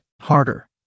Harder